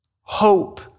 hope